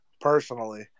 personally